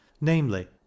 namely